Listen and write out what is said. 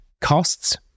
costs